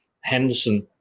Henderson